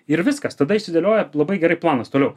ir viskas tada išsidėlioja labai gerai planas toliau